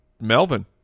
Melvin